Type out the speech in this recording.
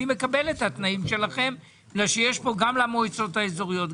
אני מקבל את התנאים שלכם כי יש פה גם למועצות האזוריות,